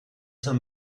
saint